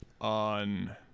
on